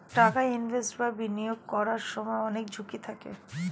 টাকা ইনভেস্ট বা বিনিয়োগ করার সময় অনেক ঝুঁকি থাকে